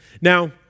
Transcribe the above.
Now